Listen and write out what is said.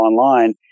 online